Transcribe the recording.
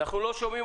אלא שהטיסות